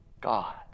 God